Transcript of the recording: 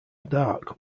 dark